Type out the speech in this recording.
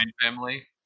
family